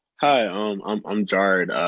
hi, um, i'm and jard.